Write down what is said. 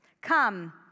Come